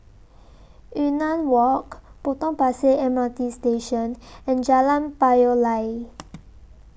Yunnan Walk Potong Pasir M R T Station and Jalan Payoh Lai